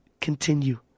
continue